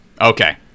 okay